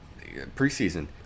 preseason